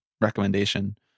recommendation